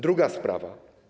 Druga sprawa.